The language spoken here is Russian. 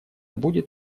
будет